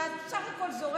ואת זורמת בסך הכול.